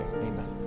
Amen